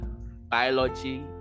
biology